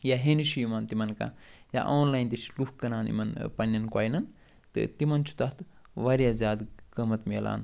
یا ہٮ۪نہِ چھِ یِوان تِمن کانٛہہ یا آن لایَن تہِ چھُ لُکھ یِمن پنٛنٮ۪ن کۄینن تہٕ تِمن چھُ تتھ وارِیاہ زیادٕ قۭمتھ مِلان